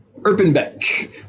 Erpenbeck